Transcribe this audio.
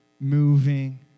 moving